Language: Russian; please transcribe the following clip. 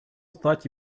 стать